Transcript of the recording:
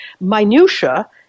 minutiae